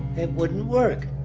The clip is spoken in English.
it wouldn't work.